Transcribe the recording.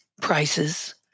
prices